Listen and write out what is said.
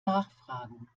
nachfragen